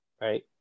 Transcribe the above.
right